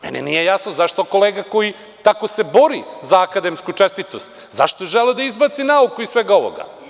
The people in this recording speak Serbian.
Meni nije jasno zašto kolega koji se tako bori za akademsku čestitost, zašto želi da izbace nauku iz svega ovoga?